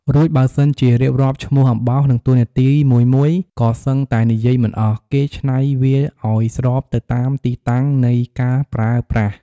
រួចបើសិនជារៀបរាប់ឈ្មោះអំបោស និងតួនាទីមួយៗ ក៏សឹងតែនិយាយមិនអស់ គេច្នៃវាអោយស្របទៅតាមទីតាំងនៃការប្រើប្រាស់។